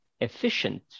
efficient